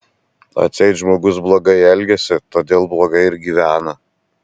atseit žmogus blogai elgiasi todėl blogai ir gyvena